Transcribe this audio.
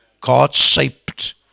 God-shaped